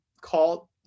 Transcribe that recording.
called